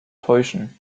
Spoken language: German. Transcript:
täuschen